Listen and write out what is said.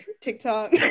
TikTok